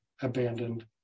abandoned